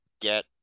get